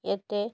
এতে